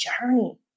journey